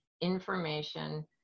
information